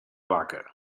vaca